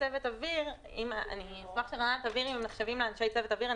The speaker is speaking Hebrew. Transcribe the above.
אני מניחה שהם נחשבים לאנשי צוות אוויר,